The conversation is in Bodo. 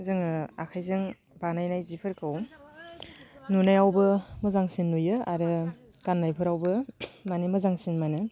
जोङो आखाइजों बानायनाय सिफोरखौ नुनायावबो मोजांसिन नुयो आरो गाननायफोरावबो माने मोजांसिन मोनो